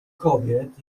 kobiet